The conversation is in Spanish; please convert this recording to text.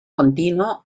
continuo